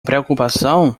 preocupação